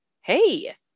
hey